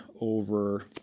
over